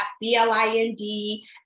B-L-I-N-D